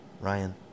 Ryan